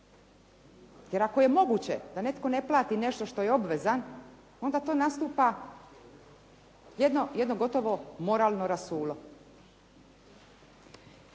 Jer ako je moguće da netko ne plati nešto što je obvezan, onda tu nastupa jedno gotovo moralno rasulo.